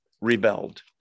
rebelled